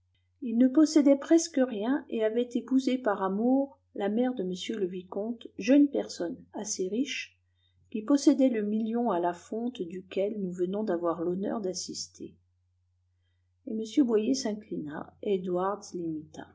il ne possédait presque rien et avait épousé par amour la mère de m le vicomte jeune personne assez riche qui possédait le million à la fonte duquel nous venons d'avoir l'honneur d'assister et m boyer s'inclina